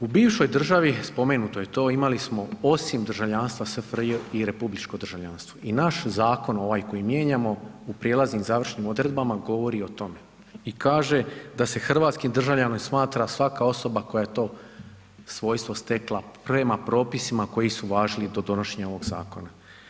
U bivšoj državi spomenuto je to, imali smo osim državljanstva SFRJ i republičko državljanstvo i naš zakon ovaj koji mijenjamo u prijelaznim i završnim odredbama govori o tome i kaže da se hrvatskim državljaninom smatra svaka osoba koja je to svojstvo stekla prema propisima koji su važili do donošenja ovog zakona.